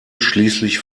schließlich